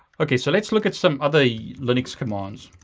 okay, so let's look at some other linux commands.